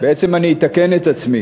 בעצם אני אתקן את עצמי,